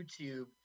YouTube